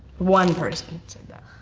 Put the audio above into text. one person said that.